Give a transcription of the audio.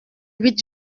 huit